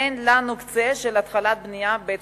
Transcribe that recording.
אין לנו קצה של התחלת בנייה של בית-חולים,